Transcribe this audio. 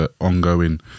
ongoing